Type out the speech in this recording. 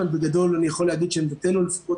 אבל בגדול אני יכול להגיד שעמדתנו לפחות